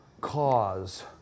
cause